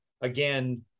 again